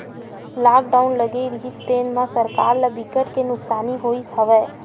lockdown लगे रिहिस तेन म सरकार ल बिकट के नुकसानी होइस हवय